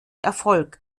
erfolg